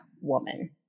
woman